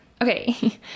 Okay